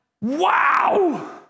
wow